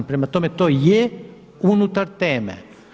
Prema tome to je unutar teme.